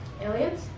Aliens